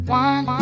one